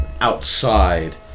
Outside